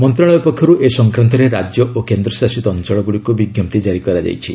ମନ୍ତ୍ରଣାଳୟ ପକ୍ଷରୁ ଏ ସଂକ୍ରାନ୍ତରେ ରାଜ୍ୟ ଓ କେନ୍ଦ୍ର ଶାସିତ ଅଞ୍ଚଳଗୁଡ଼ିକୁ ବିଜ୍ଞପ୍ତି କାରି କରାଯାଇଛି